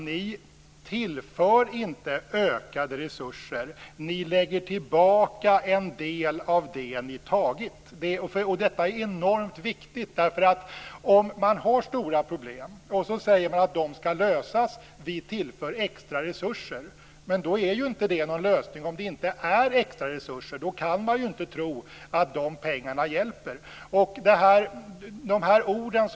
Ni tillför inte ökade resurser. Ni lägger tillbaka en del av det ni tagit. Detta är enormt viktigt. Man har stora problem, och man säger att de skall lösas. Vi skall tillföra extra resurser. Men då är ju inte det någon lösning om det inte är extra resurser. Då kan man inte tro att de pengarna hjälper.